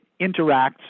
interacts